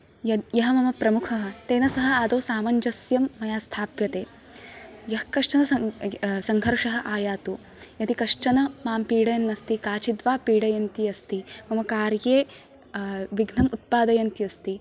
यत् यः मम प्रमुखः तेन सह आदौ सामञ्जस्यम् मया स्थाप्यते यः कश्चन संघर्षः आयातु यदि कश्चन मां पीडयन् अस्ति काचित् वा पीडयन्ति अस्ति मम कार्ये विघ्नं उत्पादयन्ती अस्ति